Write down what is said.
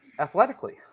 athletically